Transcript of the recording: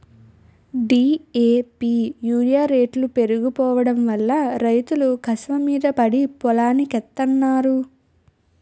DAP urea రేట్లు పెరిగిపోడంవల్ల రైతులు కసవమీద పడి పొలానికెత్తన్నారు